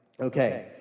Okay